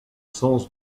sens